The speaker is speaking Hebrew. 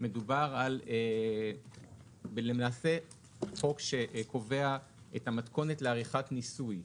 מדובר בחוק שקובע את המתכונת לעריכת ניסוי.